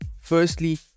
Firstly